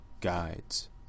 guides